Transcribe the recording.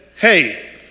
hey